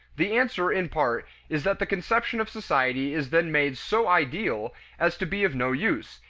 the answer, in part, is that the conception of society is then made so ideal as to be of no use,